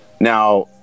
Now